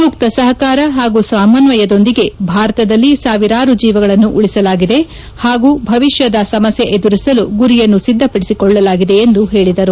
ಸೂಕ್ತ ಸಹಕಾರ ಹಾಗೂ ಸಮನ್ವಯದೊಂದಿಗೆ ಭಾರತದಲ್ಲಿ ಸಾವಿರಾರು ಜೀವಗಳನ್ನು ಉಳಿಸಲಾಗಿದೆ ಹಾಗೂ ಭವಿಷ್ಯದ ಸಮಸ್ಯೆ ಎದುರಿಸಲು ಗುರಿಯನ್ನು ಸಿದ್ದಪದಿಸಿಕೊಳ್ಳಲಾಗಿದೆ ಎಂದು ಹೇಳಿದರು